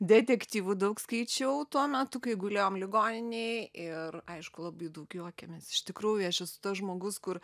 detektyvų daug skaičiau tuo metu kai gulėjom ligoninėj ir aišku labai daug juokėmės iš tikrųjų aš esu tas žmogus kur